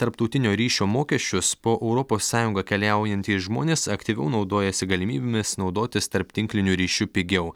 tarptautinio ryšio mokesčius po europos sąjungą keliaujantys žmonės aktyviau naudojasi galimybėmis naudotis tarptinkliniu ryšiu pigiau